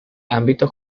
ámbito